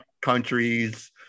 countries